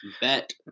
Bet